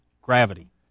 Gravity